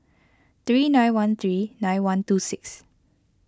three nine one three nine one two six